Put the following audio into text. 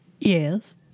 Yes